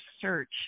search